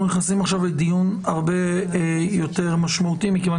אנחנו נכנסים עכשיו לדיון הרבה יותר משמעותי כיוון